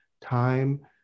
time